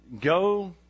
Go